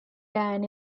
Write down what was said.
dan